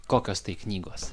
kokios tai knygos